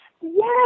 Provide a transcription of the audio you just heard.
Yes